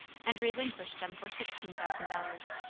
and relinquish them for sixteen thousand dollars.